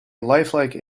lifelike